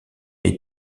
est